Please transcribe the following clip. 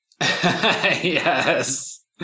Yes